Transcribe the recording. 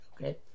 Okay